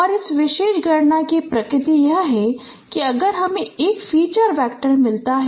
और इस विशेष गणना की प्रकृति यह है कि अगर हमें एक फीचर वेक्टर मिलता है